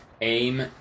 AIM